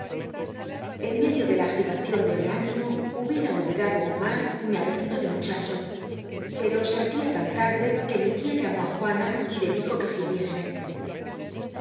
en medio de la agitacion de mi ánimo hubiera olvidado aun mas mi apetito de muchacho pero i juana y le se hacia tan tarde que mi tia llamó dijo que sirviese